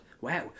Wow